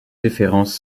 différences